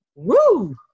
Woo